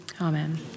amen